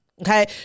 okay